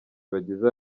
bagize